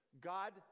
God